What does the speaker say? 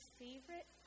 favorite